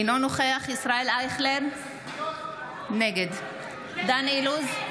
אינו נוכח ישראל אייכלר, נגד דן אילוז,